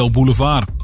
Boulevard